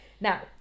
Now